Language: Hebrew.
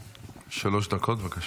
שלוש דקות, בבקשה.